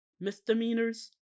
misdemeanors